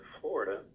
Florida